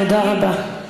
תודה רבה.